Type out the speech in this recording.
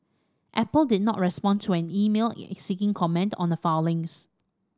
apple did not respond to an email seeking comment on the filings